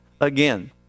again